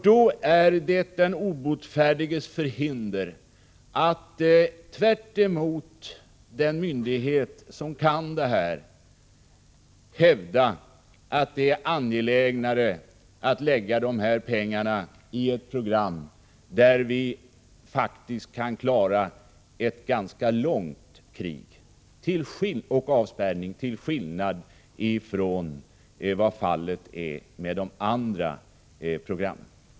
Då är det den obotfärdiges förhinder att tvärtemot den myndighet som kan dessa frågor hävda att det är angeläget att lägga pengarna på ett program där vi faktiskt kan klara ett ganska långt krig eller en lång avspärrningssituation, till skillnad från vad som är fallet beträffande de andra programmen.